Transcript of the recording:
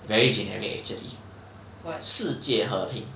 very generic actually 世界和平